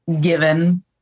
given